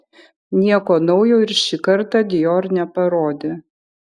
nieko naujo ir šį kartą dior neparodė